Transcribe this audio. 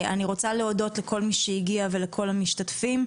אני רוצה להודות לכל מי שהגיע ולכל המשתתפים.